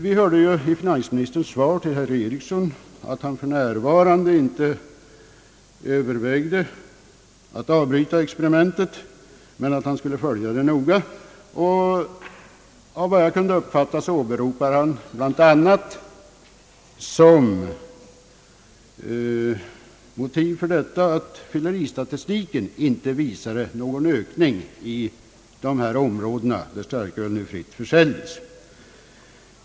Vi hörde i finansministerns svar till herr Eriksson, att han för närvarande inte övervägde att avbryta experimentet men att han skulle följa det noga. Enligt vad jag kunde uppfatta, åberopar han bl.a. som motiv att fylleristatistiken inte visar någon ökning i de områden, där starkölet fritt försäljes.